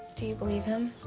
do you believe him?